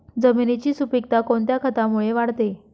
जमिनीची सुपिकता कोणत्या खतामुळे वाढते?